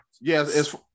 Yes